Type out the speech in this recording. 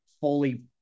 fully